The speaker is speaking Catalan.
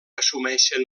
assumeixen